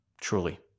Truly